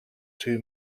two